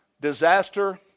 disaster